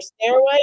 stairway